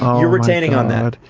you're retaining on that.